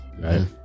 right